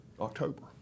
October